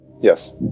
Yes